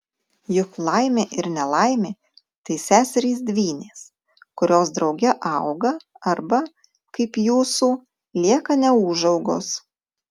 juk laimė ir nelaimė tai seserys dvynės kurios drauge auga arba kaip jūsų lieka neūžaugos